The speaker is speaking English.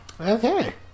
Okay